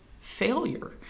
failure